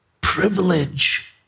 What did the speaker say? privilege